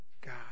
God